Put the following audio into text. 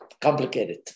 complicated